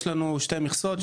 יש לנו שתי מכסות,